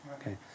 okay